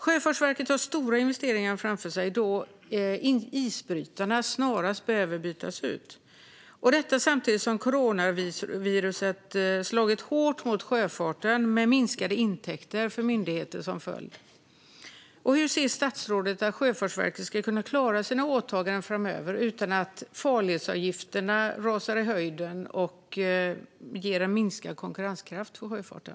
Sjöfartsverket har stora investeringar framför sig, eftersom isbrytarna snarast behöver bytas ut. Samtidigt har coronaviruset slagit hårt mot sjöfarten med minskade intäkter för myndigheten som följd. Hur anser statsrådet att Sjöfartsverket ska kunna klara sina åtaganden framöver utan att farledsavgifterna skjuter i höjden och ger en minskad konkurrenskraft för sjöfarten?